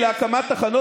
לך תטיף